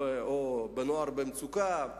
בנוער במצוקה.